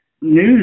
news